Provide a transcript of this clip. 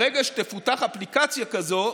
ברגע שתפותח אפליקציה כזאת,